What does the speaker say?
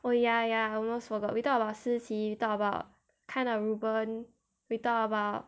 oh ya ya I almost forgot we talked about shi qi we talked about kinda reu ben we talked about